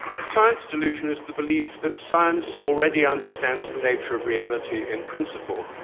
the science delusion is the belief that science already understands the nature of reality in principle,